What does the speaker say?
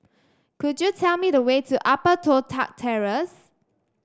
could you tell me the way to Upper Toh Tuck Terrace